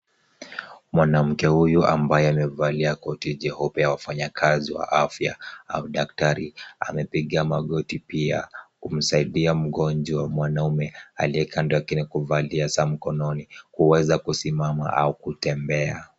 Mwanaume huyu ambaye amevalia koti jeupe la wafanyakazi wa afya au daktari, amepiga magoti pia, kumsaidia mgonjwa mwanaume aliye kando yake na kuvalia za mkononi, kuweza kusimama au kutembea.